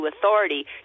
authority